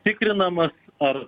tikrinama ar